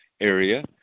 area